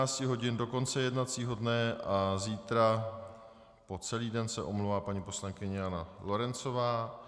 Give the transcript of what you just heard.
Od 14.00 hodin do konce jednacího dne a zítra po celý den se omlouvá paní poslankyně Jana Lorencová.